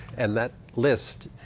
and that list,